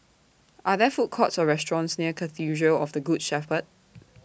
Are There Food Courts Or restaurants near Cathedral of The Good Shepherd